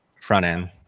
front-end